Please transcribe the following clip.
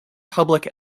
public